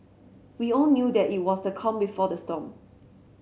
we all knew that it was the calm before the storm